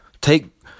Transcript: take